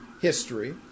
history